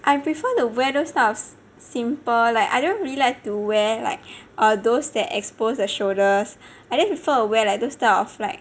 I prefer to wear those type of simple like I don't really like to wear like err those that exposed their shoulders I think I prefer to wear like those type of